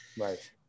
Right